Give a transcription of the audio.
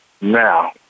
Now